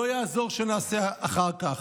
לא יעזור שנעשה את זה אחר כך,